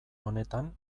honetan